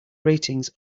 ratings